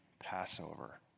Passover